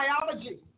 biology